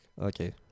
Okay